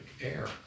air